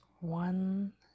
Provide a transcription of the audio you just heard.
one